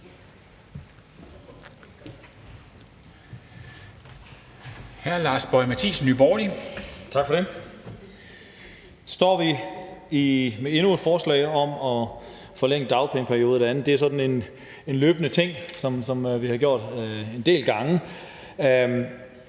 (Ordfører) Lars Boje Mathiesen (NB): Tak for det. Nu står vi med endnu et forslag om at forlænge dagpengeperioden og det andet, og det er sådan en løbende ting, som vi har gjort en del gange.